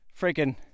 freaking